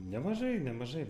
nemažai nemažai